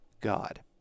God